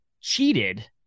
cheated